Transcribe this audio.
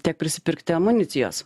tiek prisipirkti amunicijos